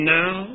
now